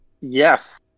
Yes